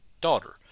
daughter